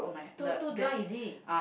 too too dry is it